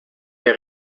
des